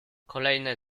kolejne